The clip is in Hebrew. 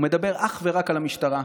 הוא מדבר אך ורק על המשטרה.